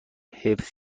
حفظ